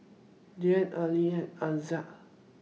Dian Aqil and Aizat